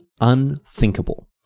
unthinkable